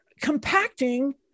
compacting